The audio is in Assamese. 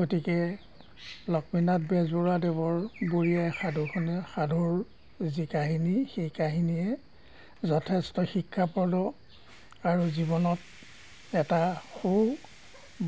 গতিকে লক্ষ্মীনাথ বেজবৰুৱাদেৱৰ বুঢী আইৰ সাধুখনে সাধুৰ যি কাহিনী সেই কাহিনীয়ে যথেষ্ট শিক্ষাপদ আৰু জীৱনত এটা সু